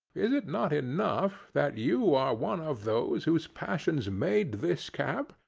is it not enough that you are one of those whose passions made this cap,